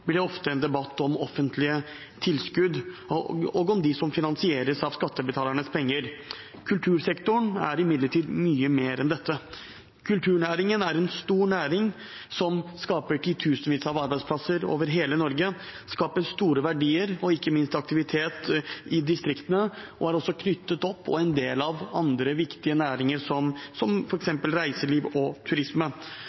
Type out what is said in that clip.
imidlertid mye mer enn dette. Kulturnæringen er en stor næring som skaper titusenvis av arbeidsplasser over hele Norge, store verdier og ikke minst aktivitet i distriktene, og den er også knyttet opp til og en del av andre viktige næringer som f.eks. reiseliv og turisme. Kultursektoren og kulturnæringen er ofte det vi lever for,